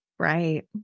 Right